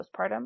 postpartum